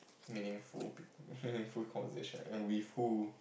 meaningful meaningful conversation and with who